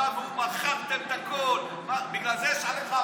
אתה והוא מכרתם את הכול, בגלל זה יש עליך אבטחה.